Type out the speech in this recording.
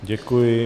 Děkuji.